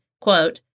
quote